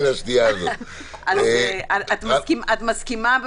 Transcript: כולם מסכימים.